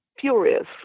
furious